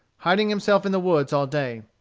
hiding himself in the woods all day.